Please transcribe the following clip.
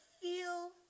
feel